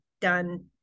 done